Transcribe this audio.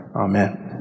Amen